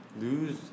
lose